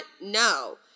No